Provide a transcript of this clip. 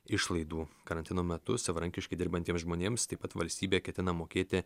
išlaidų karantino metu savarankiškai dirbantiems žmonėms taip pat valstybė ketina mokėti